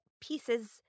pieces